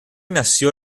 nació